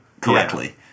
correctly